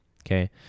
Okay